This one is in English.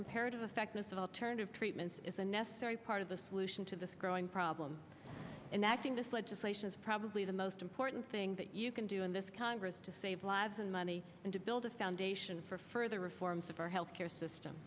comparative effectiveness of alternative treatments is a necessary part of the solution to this growing problem and acting this legislation is probably the most important thing that you can do in this congress to save lives and money and to build a foundation for further reforms of our health care system